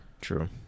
True